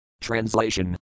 Translation